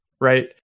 right